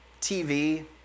TV